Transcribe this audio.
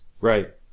right